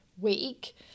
week